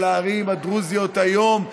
ולערים הדרוזיות היום,